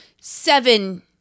seven